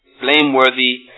blameworthy